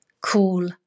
cool